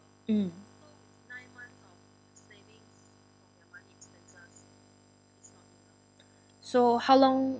mm so how long